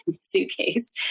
suitcase